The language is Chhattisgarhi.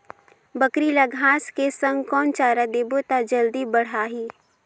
बकरी ल घांस के संग कौन चारा देबो त जल्दी बढाही?